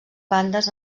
bandes